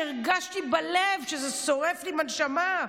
הרגשתי בלב שזה שורף לי בנשמה.